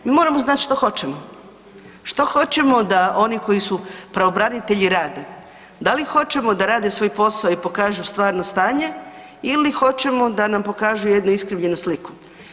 Mi moramo znat što hoćemo, što hoćemo da oni koji su pravobranitelji rade, da li hoćemo da rade svoj posao i pokažu stvarno stanje ili hoćemo da nam pokažu jednu iskrivljenu sliku?